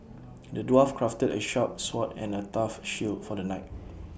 the dwarf crafted A sharp sword and A tough shield for the knight